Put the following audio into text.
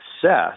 success